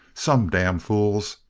some damn fools!